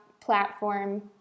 platform